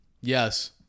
Yes